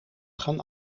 gaan